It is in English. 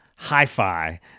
Hi-Fi